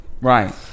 Right